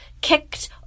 Kicked